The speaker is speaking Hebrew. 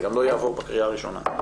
זה גם לא יעבור בקריאה הראשונה.